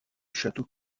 château